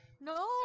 No